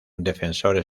defensor